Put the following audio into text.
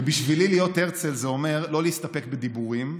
בשבילי להיות הרצל זה אומר לא להסתפק בדיבורים,